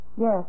Yes